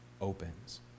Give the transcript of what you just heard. opens